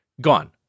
gone